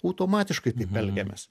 automatiškai taip elgiamės